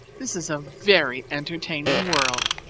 this is a very entertaining world.